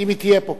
אם היא תהיה פה,